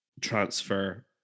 transfer